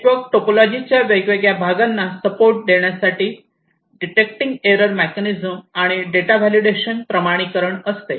network टोपोलॉजीच्या वेगवेगळ्या भागांना सपोर्ट देण्यासाठी डिटेक्टिंग एरर मेकॅनिझम आणि डेटा व्हॅलिडेशन प्रमाणीकरण असते